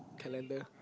calender